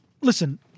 listen